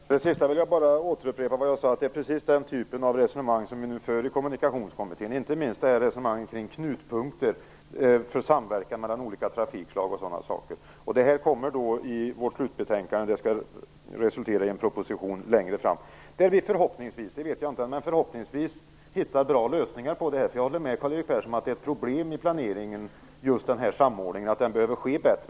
Herr talman! Med anledning av det sistnämnda vill jag bara upprepa att det är precis den typen av resonemang som vi nu för i Kommunikationskommittén, inte minst resonemanget om knutpunkter för samverkan mellan olika trafikslag osv. Detta kommer i vårt slutbetänkande, som skall resultera i en proposition längre fram, där vi förhoppningsvis skall hitta bra lösningar på detta. Jag håller med Karl-Erik Persson om att den här samordningen är ett problem i planeringen och att den behöver bli bättre.